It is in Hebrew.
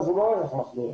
הוא לא ערך מחמיר.